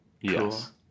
yes